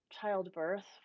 childbirth